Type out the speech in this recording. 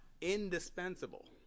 indispensable